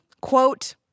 quote